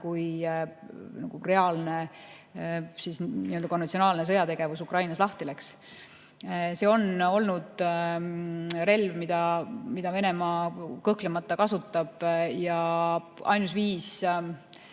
kui reaalne konventsionaalne sõjategevus Ukrainas lahti läks. See on olnud relv, mida Venemaa kõhklemata kasutab. Ja ainus viis